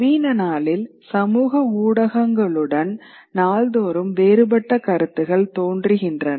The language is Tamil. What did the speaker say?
நவீன நாளில் சமூக ஊடகங்களுடன் நாள்தோறும் வேறுபட்ட கருத்துக்கள் தோன்றுகின்றன